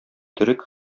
төрек